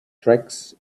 tracts